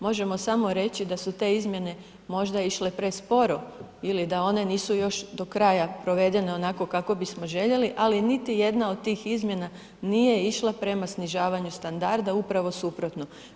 Možemo samo reći da su te izmjene možda išle presporo ili da one nisu još do kraja provedene onako kako bismo željeli, ali niti jedna od tih izmjena nije išla prema snižavanju standarda, upravo suprotno.